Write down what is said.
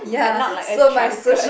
you are not like a drunkard